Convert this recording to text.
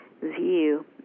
view